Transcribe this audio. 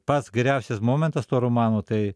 pats geriausias momentas to romano tai